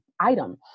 item